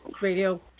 Radio